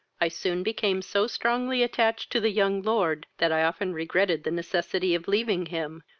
i soon became so strongly attached to the young lord, that i often regretted the necessity of leaving him,